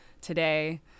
today